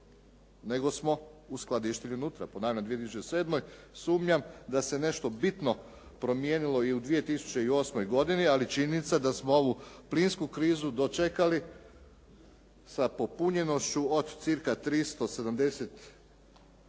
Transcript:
nego smo uskladištili unutra, ponavljam u 2007. Sumnjam da se nešto bitno promijenilo i u 2008. godini, ali činjenica je da smo ovu plinsku krizu dočekali sa popunjenošću od cca 370